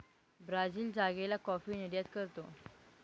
Brazil जागेला coffee निर्यात करतो